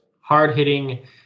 hard-hitting